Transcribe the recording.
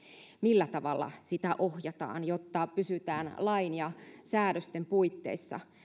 millä tavalla sitä ohjataan jotta pysytään lain ja säädösten puitteissa